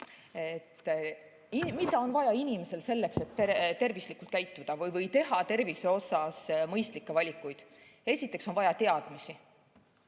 Mida on inimesel vaja selleks, et tervislikult käituda või teha tervise puhul mõistlikke valikuid? Esiteks on vaja teadmisi.